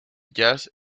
jazz